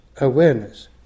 awareness